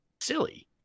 silly